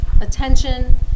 attention